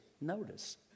notice